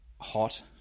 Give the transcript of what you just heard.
hot